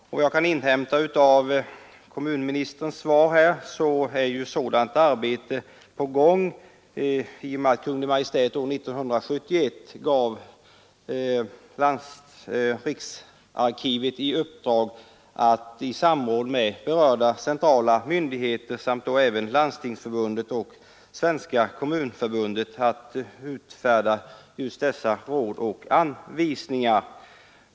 Efter vad jag kan inhämta av kommunministerns svar är sådant arbete på gång i och med att Kungl. Maj:t år 1971 givit riksarkivet i uppdrag att i samråd med berörda centrala myndigheter samt då även Landstingsförbundet och Svenska kommunförbundet utfärda just dessa råd och anvisningar.